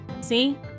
See